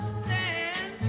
stand